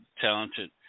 talented